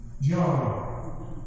John